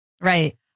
Right